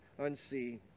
unsee